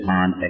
on